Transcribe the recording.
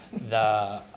the